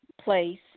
place